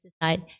decide